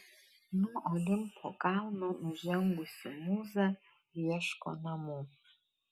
nuo olimpo kalno nužengusi mūza ieško namų